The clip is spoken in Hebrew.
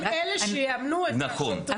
הם אלה שיאמנו את השוטרים --- נכון.